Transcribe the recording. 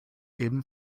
eben